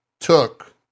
took